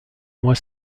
mois